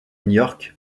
york